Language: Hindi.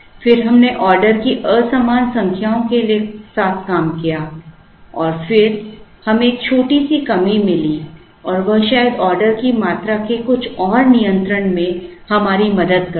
फिर हमने ऑर्डर की असमान संख्याओं के साथ काम किया और फिर हमें एक छोटी सी कमी मिली और वह शायद ऑर्डर की मात्रा के कुछ और नियंत्रण में हमारी मदद कर सके